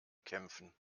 kämpfen